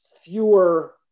fewer